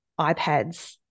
iPads